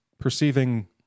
perceiving